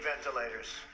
ventilators